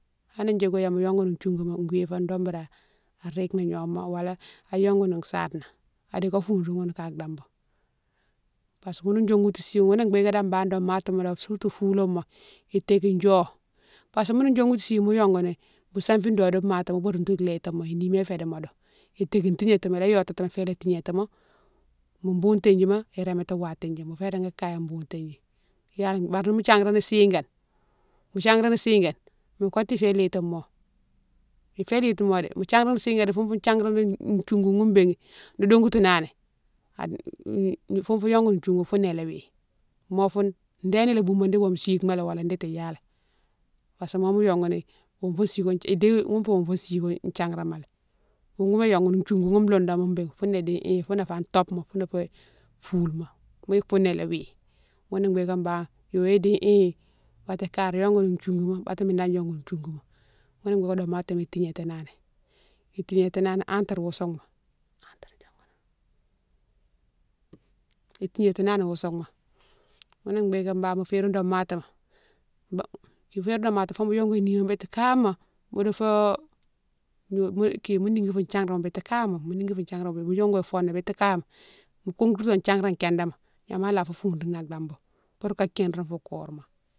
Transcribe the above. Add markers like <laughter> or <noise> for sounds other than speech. Hanni djike yama yongouni diongouma gouifo do boura a rike ni gnoma wala a yongouni sade na, adika fourini ghoune a dambou parce que ghoune diongoutou sighoune ghounné bigué dane bane domatoma lé surtout fouloma itékine yo parce que ghoune diongoutou sighoune mo yongouni mo safi dode matima wou bodone toudou lé ilitimo, inima fédi modo, itékine tignatimo ila yotatimo fo ila tignatimo mo boutindjima irémati watindjima mo fé réki kaye boutindji yalé bi, bari nimo thiagrani sigane, mo thiagrane sigane mo kotou ifé litimo, ifé litimo dé, mo thiagrane sigane di foune fou thiagrani <hesitation> diongoughoune béghine, no dongoutounani <hesitation> foune fou yongouni diongoughoune founé ila wi mo foune déne ila boumo di wonfou siguema lo wala diti yalé parce que moma yongouni wonfo sigone, idi ghounne fé wonfone sigue thigrama lé, wougoune yongouni diongou moune loudane moune bé founé idi hi founé fé a tobe ma founé fé foulema, mo yike foune né ila wi, ghounné bigué bane yéwo ya di hi baté kari yongouni diougouma baté mine dane diongouni diougouma ghounné bigué domatoma tignatinani, itignatinani entre wo souma, <unintelligible> itégnatinani wo souma, ghounné bigué mo férine domatima <hesitation> fo férine domatima fo mo yongou nima biti kama mo dofo <hesitation> mo nigui fo thiagrma biti kama, mo nigui fo thiagrama, mo yongo fona biti kama, mo gontito thiagrane kindéma, gnama la fou fourini a dambou pour ka thirine fou kourma.